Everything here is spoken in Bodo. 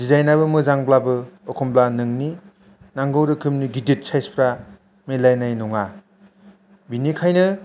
दिजाइनाबो मोजांब्लाबो एखनबा नोंनि नांगौ रोखोमनि गिदिर साइसफ्रा मिलायनाय नङा बिनिखायनो